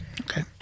Okay